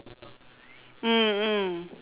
mm mm